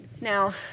Now